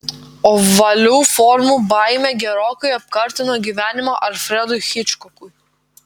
ovalių formų baimė gerokai apkartino gyvenimą alfredui hičkokui